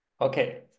Okay